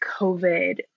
COVID